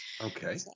Okay